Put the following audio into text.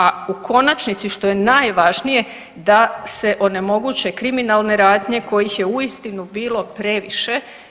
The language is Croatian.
A u konačnici što je najvažnije da se onemoguće kriminalne radnje kojih je uistinu bilo previše.